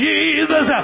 Jesus